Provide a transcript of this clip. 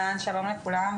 שלום לכולם,